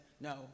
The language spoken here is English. No